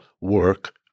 work